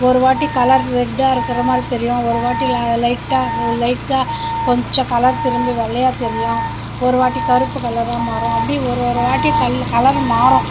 ஒரு வாட்டி கலர் ரெட்டாக இருக்கிற மாதிரி தெரியும் ஒரு வாட்டி லைட்டாக லைட்டாக கொஞ்சம் கலர் திரும்பி வெள்ளையாக தெரியும் ஒரு வாட்டி கருப்பு கலராக மாறும் அப்படி ஒரு ஒரு வாட்டி கல்லு கலரு மாறும்